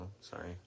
sorry